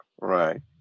right